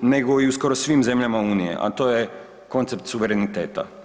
nego i u skoro svih zemljama Unije, a to je koncept suvereniteta.